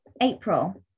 april